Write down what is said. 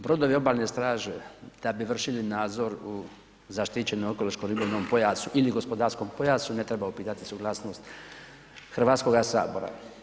Brodovi Obalne straže, da bi vršili nadzor u zaštićenom ekološko-ribolovnom pojasu ili gospodarskom pojasu ne treba upitati suglasnost HS-a.